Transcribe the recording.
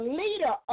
leader